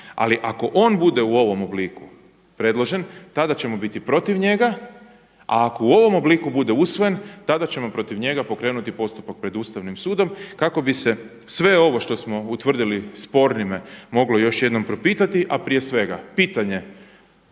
Ali ako on bude u ovom obliku predložen tada ćemo biti protiv njega, a ako u ovom obliku bude usvojen, tada ćemo protiv njega pokrenuti postupak pred ustavnim sudom, kako bi se sve ovo što smo utvrdili spornime moglo još jednom propitati. A prije svega ustavne